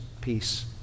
peace